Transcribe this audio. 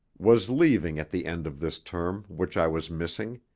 was leaving at the end of this term which i was missing.